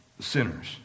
sinners